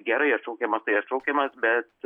gerai atšaukiamas tai atšaukiamas bet